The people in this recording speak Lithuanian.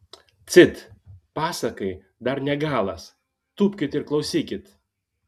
cit pasakai dar ne galas tūpkit ir klausykit